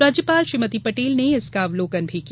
राज्यपाल श्रीमती पटेल ने इसका अवलोकन भी किया